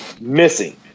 missing